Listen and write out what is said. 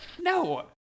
No